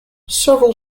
several